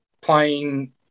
playing